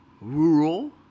rural